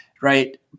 Right